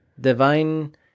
Divine